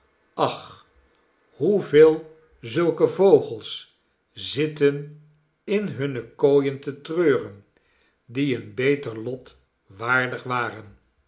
ach hoeveel zulke vogels zitten in hunne kooien te treuren die een beter lot waardig waren